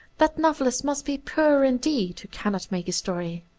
that novelist must be poor indeed who cannot make a story.